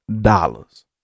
dollars